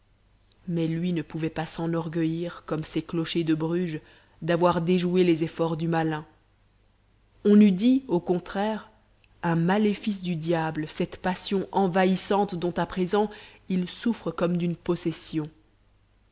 mais lui ne pouvait pas s'enorgueillir comme ces clochers de bruges d'avoir déjoué les efforts du malin on eût dit au contraire un maléfice du diable cette passion envahissante dont à présent il souffre comme d'une possession